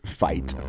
fight